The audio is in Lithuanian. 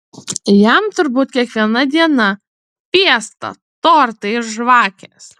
jam turbūt kiekviena diena fiesta tortai ir žvakės